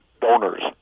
donors